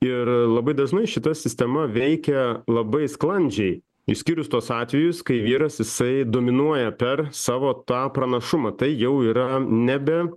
ir labai dažnai šita sistema veikia labai sklandžiai išskyrus tuos atvejus kai vyras jisai dominuoja per savo tą pranašumą tai jau yra nebe